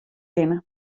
binne